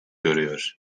görüyor